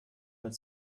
mit